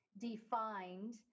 defined